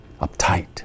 uptight